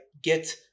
get